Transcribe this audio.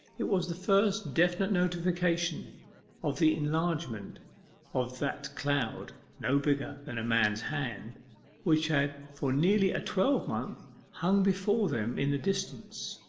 it was the first definite notification of the enlargement of that cloud no bigger than a man's hand which had for nearly a twelvemonth hung before them in the distance,